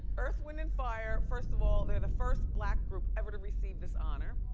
earth, wind and fire, first of all, they're the first black group ever to receive this honor.